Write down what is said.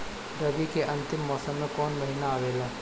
रवी के अंतिम मौसम में कौन महीना आवेला?